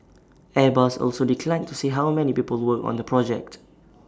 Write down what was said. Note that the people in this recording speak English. airbus also declined to say how many people work on the project